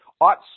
ought